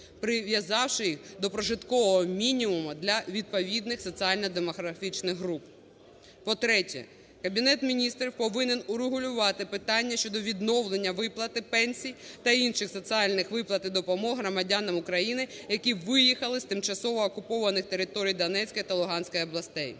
прив'язавши їх до прожиткового мінімуму для відповідних соціально-демографічних груп. По-третє, Кабінет Міністрів повинен урегулювати питання щодо відновлення виплати пенсій та інших соціальних виплат і допомог громадянам України, які виїхали з тимчасово окупованих територій Донецької та Луганської областей.